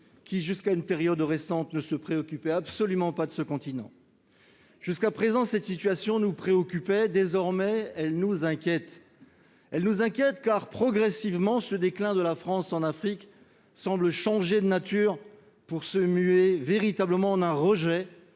qui, jusqu'à une période récente, ne se préoccupaient absolument pas de ce continent. Jusqu'à présent, cette situation nous préoccupait. Désormais, elle nous inquiète. Elle nous inquiète, car, progressivement, ce déclin de la France en Afrique semble changer de nature, pour se muer véritablement en un rejet,